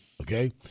Okay